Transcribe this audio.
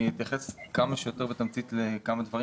אני אתייחס כמה שיותר בתמצית לכמה דברים.